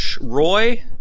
Roy